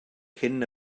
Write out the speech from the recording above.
cyn